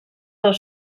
del